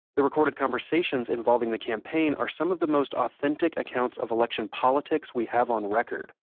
the recorded conversations involving the campaign are some of the most authentic accounts of election politics we have on record.